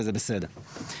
וזה בסדר.